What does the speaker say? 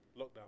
lockdown